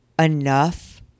enough